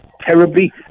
terribly